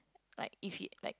like if he like